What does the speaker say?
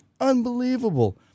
Unbelievable